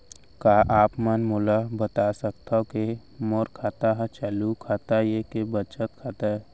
का आप मन मोला बता सकथव के मोर खाता ह चालू खाता ये के बचत खाता?